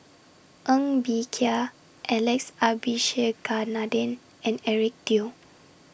Ng Bee Kia Alex Abisheganaden and Eric Teo